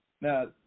Now